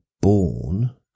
born